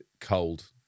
cold